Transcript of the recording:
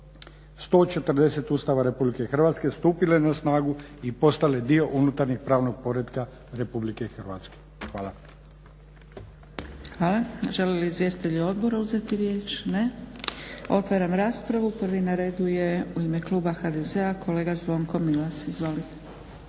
140. Ustava Rh stupile na snagu i postale dio unutarnjeg pravnog poretka Rh. Hvala. **Zgrebec, Dragica (SDP)** Hvala. Žele li izvjestitelji odbora uzeti riječ? Ne. Otvaram raspravu. Prvi na redu u ime Kluba HDZ-a kolega Zvonko Milas. Izvolite.